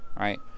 right